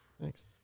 Thanks